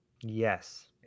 Yes